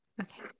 okay